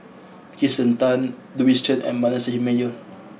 Kirsten Tan Louis Chen and Manasseh Meyer